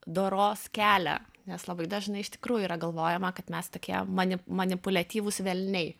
doros kelią nes labai dažnai iš tikrųjų yra galvojama kad mes tokie mani manipuliatyvūs velniai